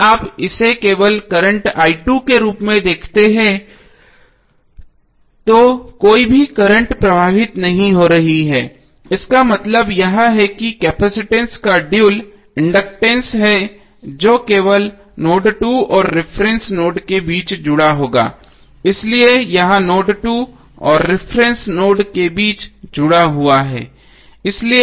यदि आप इसे केवल करंट i2 के रूप में देखते हैं तो कोई भी करंट प्रवाहित नहीं हो रही है इसका मतलब यह है कि केपसिटंस का ड्यूल इंडक्टेंस है जो केवल नोड 2 और रिफरेन्स नोड के बीच जुड़ा होगा इसलिए यह नोड 2 और रिफरेन्स नोड के बीच जुड़ा हुआ है